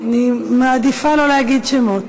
אני מעדיפה שלא להגיד שמות.